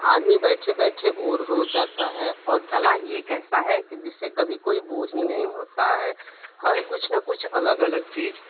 आदमी बैठे बैठे बोर हो जाता है और कला ही एक ऐसी है कि जिससे कभी कोई बोर ही नहीं होता है हर कुछ ना कुछ अलग अलग चीज़